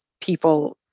people